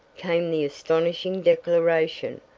came the astonishing declaration,